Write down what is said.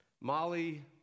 Molly